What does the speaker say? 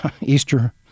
Easter